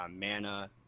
mana